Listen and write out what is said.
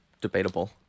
debatable